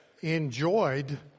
enjoyed